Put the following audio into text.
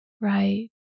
right